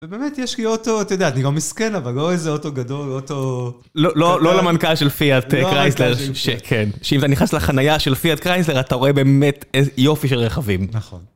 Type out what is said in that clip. ובאמת, יש לי אוטו, אתה יודע, אני לא מסכן, אבל לא איזה אוטו גדול, אוטו... לא - לא למנכ"ל של פייאט קרייסלר, שכן. שאם אתה נכנס לחנייה של פייאט קרייסלר, אתה רואה באמת איזה יופי של רכבים. נכון.